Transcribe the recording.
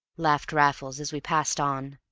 laughed raffles as we passed on.